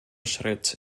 schritt